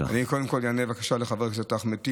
קודם כול אענה לחבר הכנסת אחמד טיבי.